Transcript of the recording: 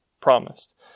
promised